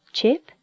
Chip